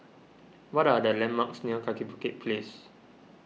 what are the landmarks near Kaki Bukit Place